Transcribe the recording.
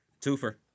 Twofer